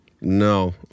No